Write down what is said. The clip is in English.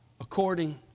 according